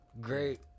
great